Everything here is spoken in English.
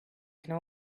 can